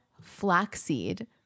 flaxseed